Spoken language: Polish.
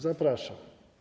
Zapraszam.